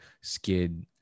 skid